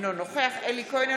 אינו נוכח אלי כהן,